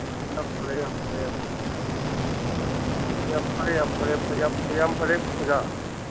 ꯌꯥꯝ ꯐꯔꯦ ꯌꯥꯝ ꯐꯔꯦ ꯌꯥꯝ ꯐꯔꯦ ꯌꯥꯝ ꯐꯔꯦ ꯐꯩ ꯌꯥꯝ ꯐꯔꯦ ꯑꯣꯖꯥ